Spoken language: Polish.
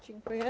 Dziękuję.